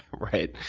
right.